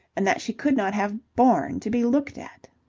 and that she could not have borne to be looked at.